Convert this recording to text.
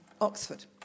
Oxford